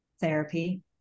therapy